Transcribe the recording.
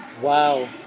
Wow